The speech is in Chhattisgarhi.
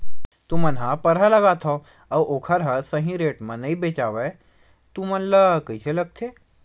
तू मन परहा लगाथव अउ ओखर हा सही रेट मा नई बेचवाए तू मन ला कइसे लगथे?